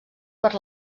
per